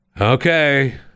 okay